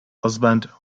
husband